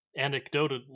anecdotally